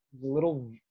Little